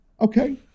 okay